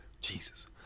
Jesus